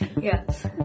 Yes